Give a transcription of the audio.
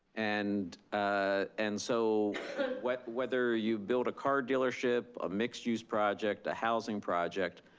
and ah and so whether whether you build a car dealership, a mixed-use project, a housing project,